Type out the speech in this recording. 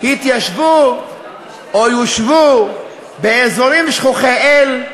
התיישבו או יושבו באזורים שכוחי אל,